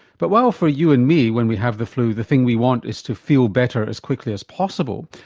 but while for you and me, when we have the flu, the thing we want is to feel better as quickly as possible,